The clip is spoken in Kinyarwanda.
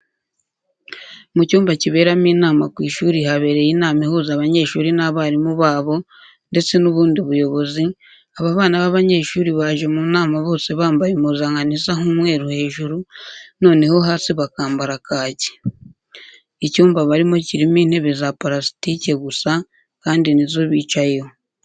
Mu cyumba kiberamo inama ku ishuri habereye inama ihuza abanyeshuri n'abarimu babo ndetse n'ubundi buyobozi, aba bana b'abanyeshuri baje mu nama bose bambaye impuzankano isa nk'umweru hejuru, noneho hasi bakambara kaki. Icyumba barimo kirimo intebe za parasitike gusa kandi nizo bicayeho.